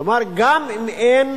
כלומר, גם אם אין